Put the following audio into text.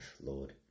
Lord